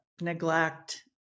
neglect